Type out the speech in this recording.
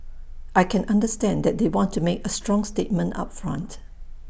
I can understand that they want to make A strong statement up front